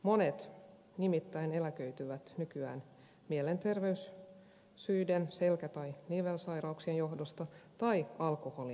monet nimittäin eläköityvät nykyään mielenterveyssyiden selkä tai nivelsairauksien johdosta tai alkoholin vuoksi